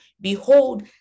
Behold